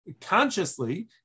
consciously